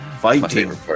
Fighting